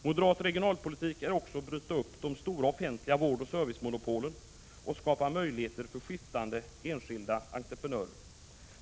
Moderat regionalpolitik är också att bryta upp de stora offentliga vårdoch servicemonopolen och skapa möjligheter för skiftande enskilda entreprenörer.